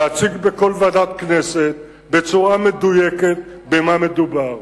להציג בכל ועדת כנסת בצורה מדויקת במה מדובר.